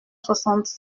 soixante